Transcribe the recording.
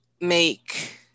make